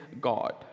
God